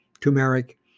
turmeric